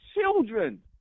children